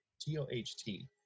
T-O-H-T